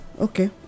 Okay